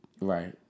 Right